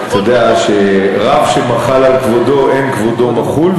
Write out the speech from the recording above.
אתה יודע שרב שמחל על כבודו אין כבודו מחול,